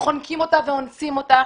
שחונקים אותה ואונסים אותה,